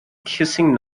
kissing